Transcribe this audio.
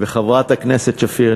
וחברת הכנסת שפיר,